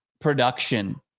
production